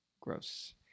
Gross